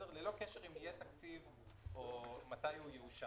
ללא קשר אם יהיה תקציב או מתי הוא יאושר.